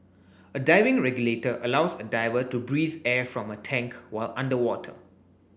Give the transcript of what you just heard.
a diving regulator allows a diver to breathe air from a tank while underwater